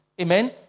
Amen